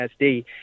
SD